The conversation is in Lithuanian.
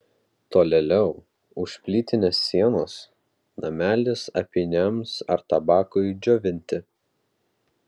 tolėliau už plytinės sienos namelis apyniams ar tabakui džiovinti